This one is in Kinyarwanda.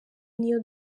niyo